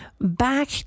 back